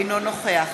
אינו נוכח